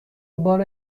بار